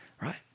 right